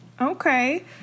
Okay